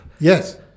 Yes